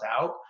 out